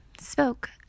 spoke